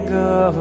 go